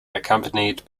accompanied